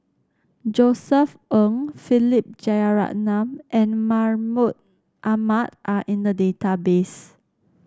Josef Ng Philip Jeyaretnam and Mahmud Ahmad are in the database